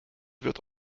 wird